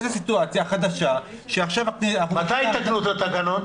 לסיטואציה החדשה שעכשיו ה --- מתי יתקנו את התקנון?